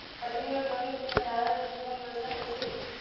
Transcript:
कटनी और दौनी और भंडारण के सुगम व्यवस्था कईसे होखे?